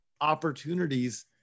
opportunities